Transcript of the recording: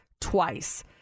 twice